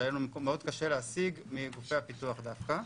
שהיה קשה לנו מאוד להשיג מגופי הפיתוח דווקא,